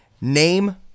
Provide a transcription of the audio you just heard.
Name